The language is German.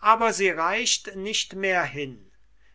aber sie reicht nicht mehr hin